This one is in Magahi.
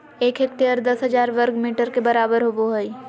एक हेक्टेयर दस हजार वर्ग मीटर के बराबर होबो हइ